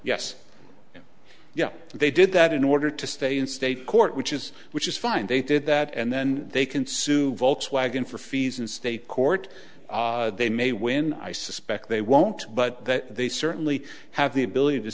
cafe yes yeah they did that in order to stay in state court which is which is fine they did that and then they can sue volkswagen for fees in state court they may when i suspect they won't but that they certainly have the ability to